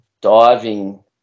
diving